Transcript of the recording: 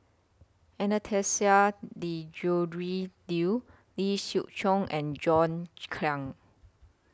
Anastasia Tjendri Liew Lee Siew Choh and John Clang